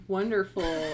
Wonderful